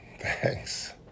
Thanks